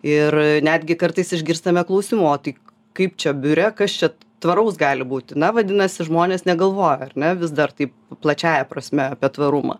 ir netgi kartais išgirstame klausimų o tai kaip čia biure kas čia tvaraus gali būti na vadinasi žmonės negalvoja ar ne vis dar taip plačiąja prasme apie tvarumą